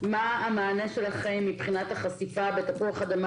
מה המענה שלכם מבחינת החשיפה בתפוח האדמה